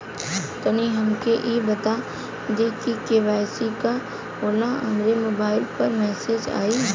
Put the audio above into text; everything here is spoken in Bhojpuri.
तनि हमके इ बता दीं की के.वाइ.सी का होला हमरे मोबाइल पर मैसेज आई?